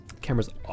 Cameras